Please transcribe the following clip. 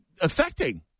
affecting